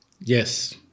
Yes